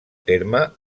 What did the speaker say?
terme